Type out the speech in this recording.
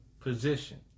position